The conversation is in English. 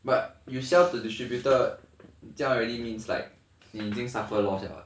but you sell to distributor 这样 already means like 你已经 suffer loss liao leh